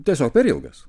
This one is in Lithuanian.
tiesiog per ilgas